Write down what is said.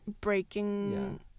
Breaking